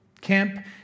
Camp